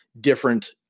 different